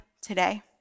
today